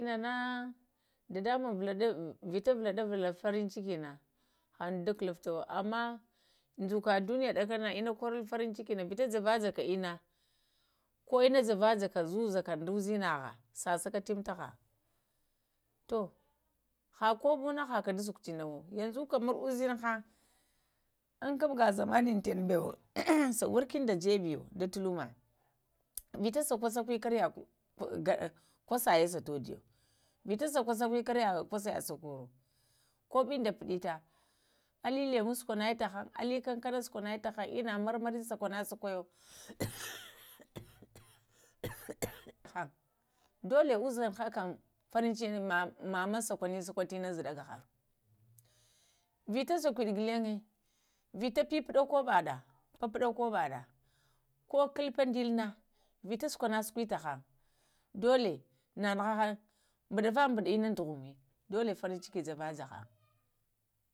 Ənə- nəh dədəmuŋm valəɗa vita valəɗə vulə farin aki nə, ha uŋdo da kələftəwo əmmə dzukə duniyə nə ɗəkəna ənnə koro farin cikə na vita jəvəjəkə ənnə ko nə jəvə- jəkə ko nə jəvjəkə zuzəkə də uzinhəhə sasa kə təmiə taghaŋ tuh hə koɓo nə həkə də suk tənuwə yəŋzu kəmar uzinhə, əm kubgha zaməni intanabə wo, sa workin də jəbəwo tulumə vita səkwə səkwə karyə kosəyə sa tuɗi, vita sakwe səkwə kara kosaiyə sa korə koɓin ɗə puɗətə ələ ləmo sukwe nəyə tahəŋ, əlie kankana sukwə nəyə tahaŋ inə mar- mari sukwə nəyi tahəŋ sukwə -nə sukwəyo həŋ dalə uzəihə kəm əmh farm jəni mama sukwəni sukwa tu in zəɗə ghaŋ vitaə sakwiɗə ghulaŋyə, vita pəpuɗə koɓəɗə, pəpudə kobanə ko kəlfə dələmə əibvita sukwa na sukwe təhŋ dolə, nənuhəhaŋ ɓunəvə budə inaŋ ghumə dola farmciki gəvəjə